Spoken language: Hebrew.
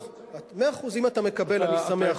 מאה אחוז, אם אתה מקבל, אני שמח.